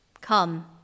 Come